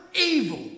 Evil